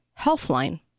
Healthline